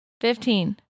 Fifteen